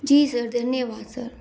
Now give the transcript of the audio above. जी sir धन्यवाद sir